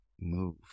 move